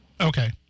okay